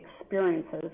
experiences